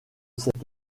cette